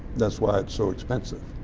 that's why it's so expensive.